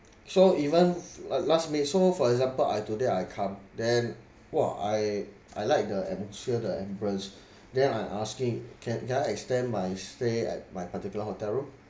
so even la~ last minute so for example ah today I come then !wah! I I like the atmosphere the ambience then I'm asking can can I extend my stay at my particular hotel room